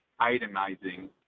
itemizing